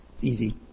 Easy